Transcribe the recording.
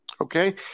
Okay